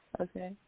Okay